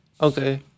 Okay